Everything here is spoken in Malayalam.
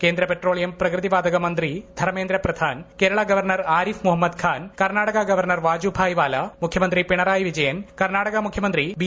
കേന്ദ്ര ക്പ്ട്രോളിയം പ്രകൃതി വാതക മന്ത്രി ധർമ്മേന്ദ്ര പ്രധാൻ ക്കേരളിഗ്വർണർ ആരിഫ് മുഹമ്മദ് ഖാൻ കർണാടക ഗവർണർ പ്പാജുഭായ് വാല മുഖ്യമന്ത്രി പിണറായി വിജയൻ കർണാടക മുഖ്യമന്ത്രി ബി